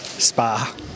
spa